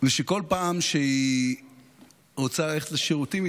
ושכל פעם שהיא רוצה ללכת לשירותים היא